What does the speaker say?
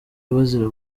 bazira